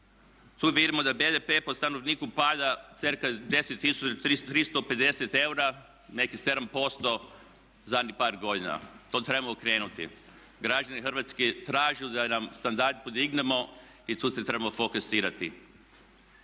Tu vidimo da BDP po stanovniku pada cca. 10 tisuća 350 eura, nekih 7% zadnjih par godina. To trebamo okrenuti. Građani Hrvatske traže da na standard podignemo i tu se trebamo fokusirati.